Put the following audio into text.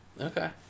Okay